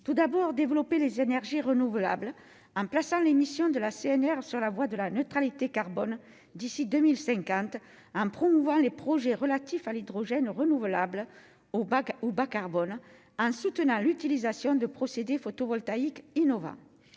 tout d'abord, développer les énergies renouvelables en plaçant l'émission de la CNR sur la voie de la neutralité carbone d'ici 2050 un promouvoir les projets relatifs à l'hydrogène renouvelable au bac ou bas-carbone en soutenant l'utilisation de procéder photovoltaïque innovant